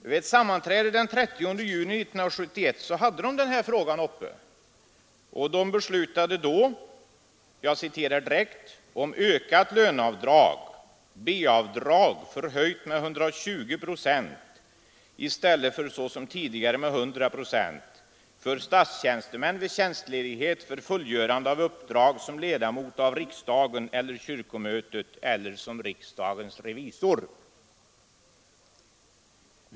Vid ett sammanträde den 30 juni 1971 hade lönedelegationen den här frågan uppe och beslutade då om ökat löneavdrag, ”B-avdrag förhöjt med 120 procent” i stället för såsom tidigare med 100 procent ”för statstjänstemän vid tjänstledighet för fullgörande av uppdrag som ledamot av riksdagen eller kyrkomötet eller som riksdagens revisor”.